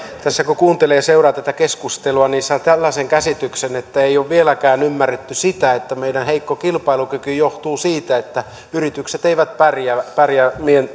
tässä kun kuuntelee ja seuraa tätä keskustelua niin saa tällaisen käsityksen että ei ole vieläkään ymmärretty sitä että meidän heikko kilpailukykymme johtuu siitä että yritykset eivät pärjää pärjää